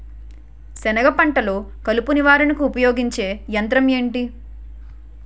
సెనగ పంటలో కలుపు నివారణకు ఉపయోగించే యంత్రం ఏంటి?